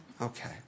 Okay